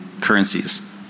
currencies